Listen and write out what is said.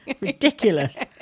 ridiculous